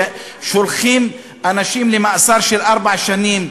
ששולחים אנשים למאסר של ארבע שנים,